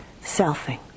selfing